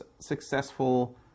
successful